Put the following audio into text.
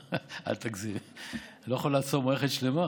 אל תגזים, אני לא יכול לעצור מערכת שלמה.